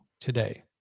today